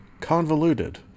convoluted